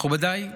מכובדיי,